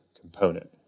component